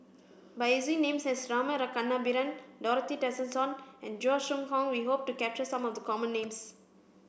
by using names as Rama Kannabiran Dorothy Tessensohn and Chua Koon Siong we hope to capture some of the common names